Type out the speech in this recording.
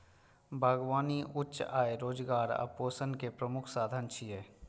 बागबानी उच्च आय, रोजगार आ पोषण के प्रमुख साधन छियै